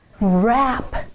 Wrap